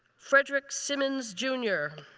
fredrick simmons, jr.